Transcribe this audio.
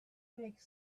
make